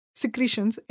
secretions